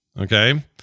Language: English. Okay